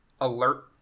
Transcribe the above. alert